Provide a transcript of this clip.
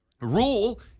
Rule